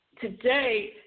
Today